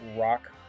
rock